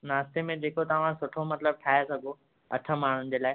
नास्ते में जेको तव्हां सुठो मतिलब ठाहे सघो अठ माण्हुनि जे लाइ